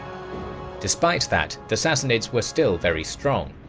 despite that, the sassanids were still very strong.